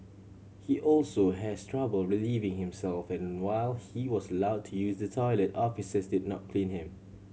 he also has trouble relieving himself and while he was allow to use the toilet officers did not clean him